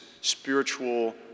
spiritual